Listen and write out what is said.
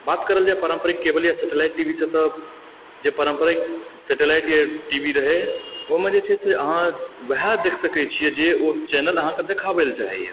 बात करल जाए पारम्परिक केवल या सेटेलाइट टीभीसँ तऽ जे पारम्परिक सेटेलाइट टी बी रहै एहिमे जे छै से अहाँ वहाँ देखि सकै छियै जे ओ चैनल अहाँकेँ देखाबए ला चाहैए